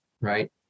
right